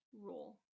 rule